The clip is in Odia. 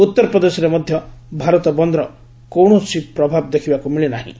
ଉତ୍ତର ପ୍ରଦେଶରେ ମଧ୍ୟ ଭାରତ ବନ୍ଦ୍ର କୌଣସି ପ୍ରଭାବ ଦେଖିବାକୁ ମିଳି ନାହିଁ